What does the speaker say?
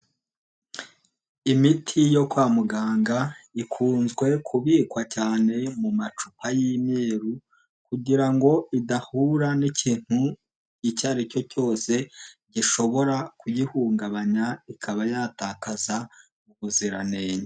Imiti yo kwa muganga ikunzwe kubikwa cyane mu macupa y'imyeru, kugira ngo idahura n'ikintu icyo ari cyo cyose gishobora kuyihungabanya, ikaba yatakaza ubuziranenge.